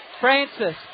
Francis